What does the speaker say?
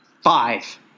five